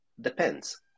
depends